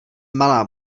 malá